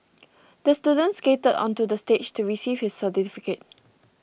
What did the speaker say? the student skated onto the stage to receive his certificate